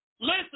Listen